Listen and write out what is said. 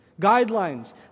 guidelines